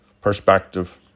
perspective